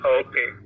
okay